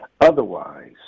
Otherwise